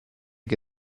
che